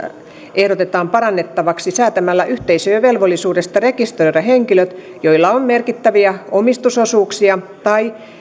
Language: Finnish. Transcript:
ehdotetaan parannettavaksi säätämällä yhteisöjen velvollisuudesta rekisteröidä henkilöt joilla on merkittäviä omistusosuuksia tai